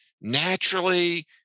naturally